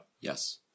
Yes